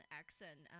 accent